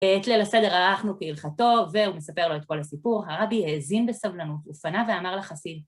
את ליל הסדר ערכנו כהלכתו, והוא מספר לו את כל הסיפור, הרבי האזין בסבלנות, הוא פנה ואמר לחסיד.